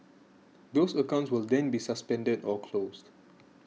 those accounts will then be suspended or closed